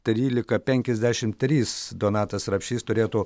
trylika penkiasdešim trys donatas rapšys turėtų